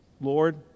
Lord